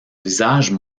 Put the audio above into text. visages